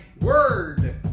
word